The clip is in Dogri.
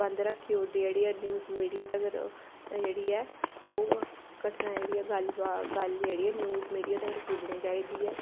बंद रक्खी ओड़दे जेह्ड़े न्यूज़ मीडिया तगर जेह्ड़ी ऐ ओह् घटना जेह्ड़ी ऐ गल्ल बात न्यूज़ मीडिया तगर पुज्जनी चाहिदी ऐ